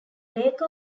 lake